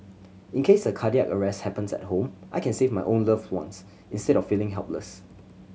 in case a cardiac arrest happens at home I can save my own loved ones instead of feeling helpless